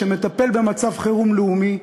שמטפל במצב חירום לאומי.